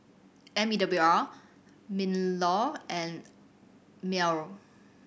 M E W R MinLaw and MEWR